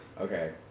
Okay